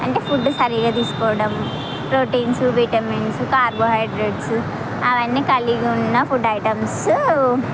అంటే ఫుడ్ సరిగా తీసుకోవడం ప్రోటీన్స్ విటమిన్స్ కార్బోహైడ్రేట్స్ అవన్నీ కలిగి ఉన్న ఫుడ్ ఐటమ్స్